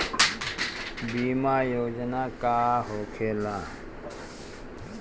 बीमा योजना का होखे ला?